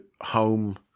home